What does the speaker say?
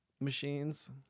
machines